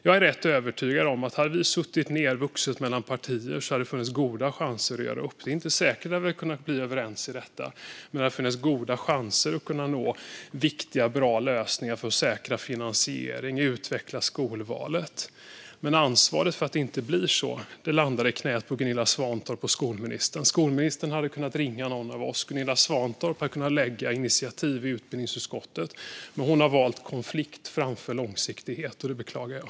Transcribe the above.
Jag är rätt övertygad om att det, om vi från partierna hade suttit ned vuxet, hade funnits goda chanser att göra upp. Det är inte säkert att vi hade kunnat bli överens, men det hade funnits goda chanser att nå viktiga, bra lösningar för att säkra finansiering och utveckla skolvalet. Men ansvaret för att det inte blir så landar i knät på Gunilla Svantorp och skolministern. Skolministern hade kunnat ringa någon av oss. Gunilla Svantorp hade kunnat lägga fram initiativ i utbildningsutskottet. Men hon har valt konflikt framför långsiktighet, och det beklagar jag.